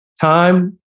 Time